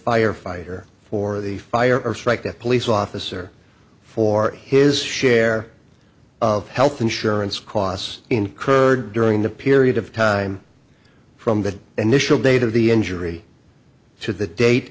firefighter for the fire or strike at police officer for his share of health insurance costs incurred during the period of time from the initial date of the injury to the date